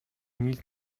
nic